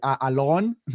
alone